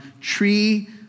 tree